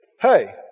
hey